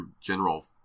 general